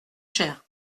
cher